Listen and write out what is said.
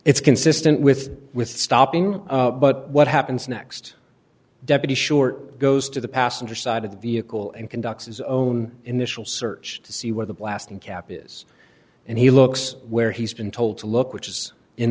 it's consistent with with stopping but what happens next deputy short goes to the passenger side of the vehicle and conducts his own initial search to see where the blasting cap is and he looks where he's been told to look